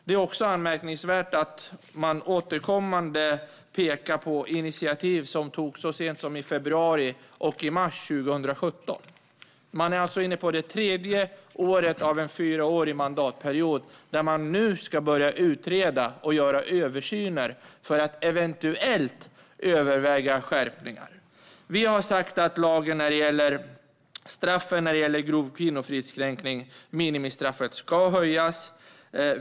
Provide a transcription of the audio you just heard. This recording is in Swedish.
Det är också anmärkningsvärt att man återkommande pekar på initiativ som togs så sent som i februari och mars 2017. Man är alltså inne på det tredje året av en fyraårig mandatperiod och ska nu börja utreda och göra översyner för att eventuellt överväga skärpningar. Vi har sagt att minimistraffet för grov kvinnofridskränkning ska höjas.